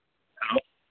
hello